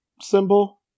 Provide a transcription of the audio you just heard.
symbol